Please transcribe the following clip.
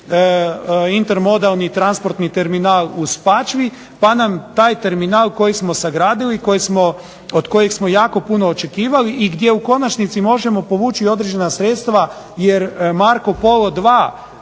intermodalni transportni terminal u Spačvi pa nam taj terminal koji smo sagradili i od kojeg smo jako puno očekivali i gdje u konačnici možemo povući i određena sredstva jer Marko Polo 2